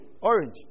Orange